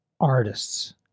Artists